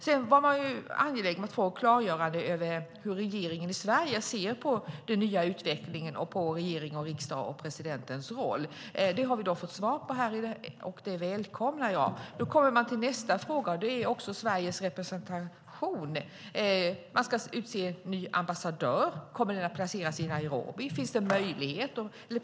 Man var också angelägen om att få klargöranden av hur regeringen i Sverige ser på den nya utvecklingen och på regeringens, riksdagens och presidentens roll. Det har vi fått svar på, och det välkomnar jag. Då kommer man till nästa fråga, som gäller Sveriges representation. Man ska utse en ny ambassadör. Kommer denna att placeras i Nairobi? Finns det möjlighet till detta?